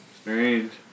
Strange